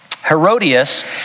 Herodias